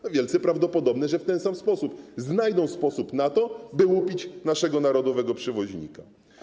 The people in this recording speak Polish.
Jest wielce prawdopodobne, że w ten sam i że znajdą sposób na to, by łupić naszego narodowego przewoźnika.